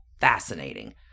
fascinating